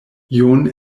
john